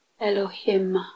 Elohim